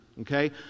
Okay